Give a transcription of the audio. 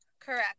Correct